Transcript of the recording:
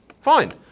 Fine